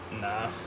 nah